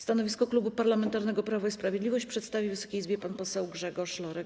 Stanowisko Klubu Parlamentarnego Prawo i Sprawiedliwość przedstawi Wysokiej Izbie pan poseł Grzegorz Lorek.